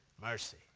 Mercy